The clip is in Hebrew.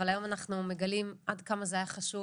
אבל היום אנחנו מגלים עד כמה זה היה חשוב